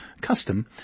custom